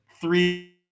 three